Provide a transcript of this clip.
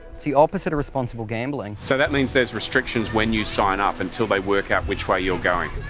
it's the opposite of responsible gambling. so that means there's restrictions when you sign up until they work out which way you're going?